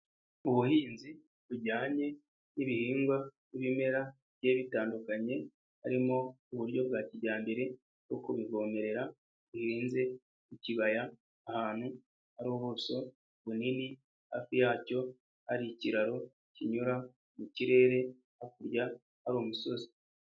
Ubuhinzi bujyanye n'ibihingwa n'ibimera bigiye bitandukanye, harimo uburyo bwa kijyambere bwo kubivomerera, bihinze ku kibaya ahantu hari ubuso bunini, hafi yacyo hari ikiraro kinyura mu kirere, hakurya hari umusozi.